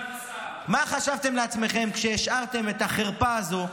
מה חשבתם לעצמכם כשהשארתם את החרפה הזו,